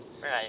Right